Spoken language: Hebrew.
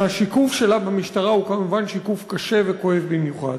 והשיקוף שלה במשטרה הוא כמובן שיקוף קשה וכואב במיוחד.